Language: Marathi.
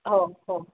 हो हो